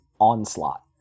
Onslaught